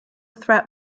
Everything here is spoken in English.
threat